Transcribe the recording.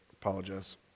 Apologize